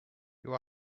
you